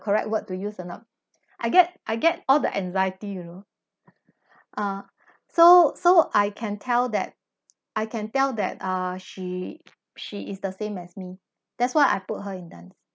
correct word to use or not I get I get all the anxiety you know uh so so I can tell that I can tell that err she she is the same as me that's why I put her in dance